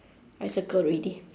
I circle already